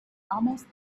almost